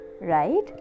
right